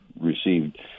received